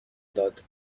داد